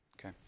Okay